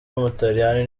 w’umutaliyani